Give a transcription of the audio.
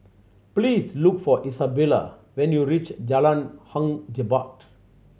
please look for Izabella when you reach Jalan Hang Jebat